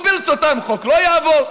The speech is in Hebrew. וברצותם החוק לא יעבור.